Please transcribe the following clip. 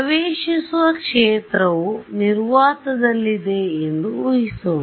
ಪ್ರವೇಶಿಸುವ ಕ್ಷೇತ್ರವು ನಿರ್ವಾತದಲ್ಲಿದೆ ಎಂದು ಉಹಿಸೋಣ